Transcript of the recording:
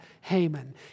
Haman